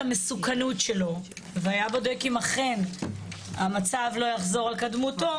המסוכנות שלו והיה בודק אם אכן המצב לא יחזור על קדמותו,